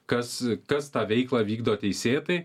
kas kas tą veiklą vykdo teisėtai